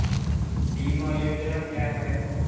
बीमा योजना क्या है?